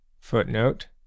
footnote